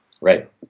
Right